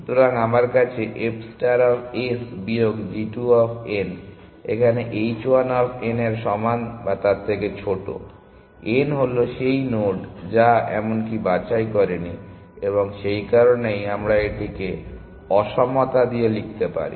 সুতরাং আমার কাছে f ষ্টার অফ s বিয়োগ g 2 অফ n এখানে h 1 অফ n এর সমান বা তার থেকে ছোট n হল সেই নোড যা এমনকি বাছাই করেনি এবং সেই কারণেই আমরা এটিকে অসমতা দিয়ে লিখতে পারি